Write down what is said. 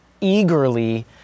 eagerly